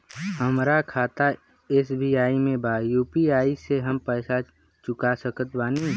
हमारा खाता एस.बी.आई में बा यू.पी.आई से हम पैसा चुका सकत बानी?